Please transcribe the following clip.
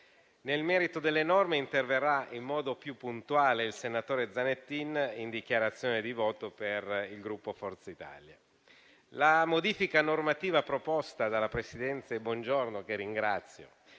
Nel merito delle norme interverrà in modo più puntuale il senatore Zanettin in dichiarazione di voto per il Gruppo Forza Italia. La modifica normativa proposta dalla presidente Bongiorno, che ringrazio,